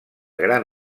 gran